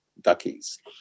duckies